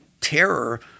terror